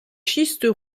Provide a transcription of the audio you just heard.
schistes